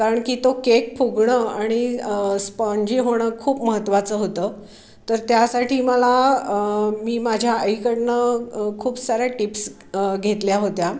कारण की तो केक फुगणं आणि स्पाँजी होणं खूप महत्त्वाचं होतं तर त्यासाठी मला मी माझ्या आईकडून खूप साऱ्या टिप्स घेतल्या होत्या